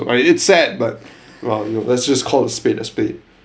but it is sad but well you know let's just call a spade a spade